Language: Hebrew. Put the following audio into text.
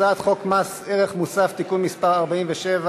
הצעת חוק מס ערך מוסף (תיקון מס' 47)